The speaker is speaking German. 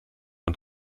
und